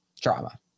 drama